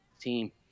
team